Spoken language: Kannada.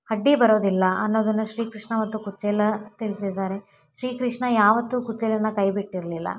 ಅಡ್ಡಿ ಬರೋದಿಲ್ಲ ಅನ್ನೋದನ್ನ ಶ್ರೀಕೃಷ್ಣ ಮತ್ತು ಕುಚೇಲ ತಿಳಿಸಿದ್ದಾರೆ ಶ್ರೀಕೃಷ್ಣ ಯಾವತ್ತೂ ಕುಚೇಲನ ಕೈ ಬಿಟ್ಟಿರಲಿಲ್ಲ